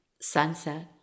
Sunset